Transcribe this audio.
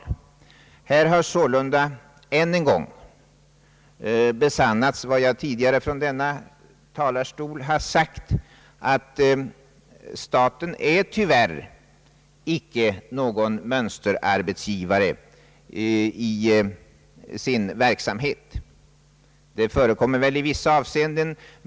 Nu har sålunda än en gång bekräftats vad jag tidigare från denna talarstol har sagt, nämligen att staten tyvärr icke alltid är en mönsterarbetsgivare i sin verksamhet, även om det naturligtvis förekommer att så kan vara fallet i vissa avseenden.